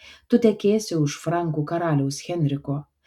tu tekėsi už frankų karaliaus henriko